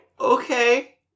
okay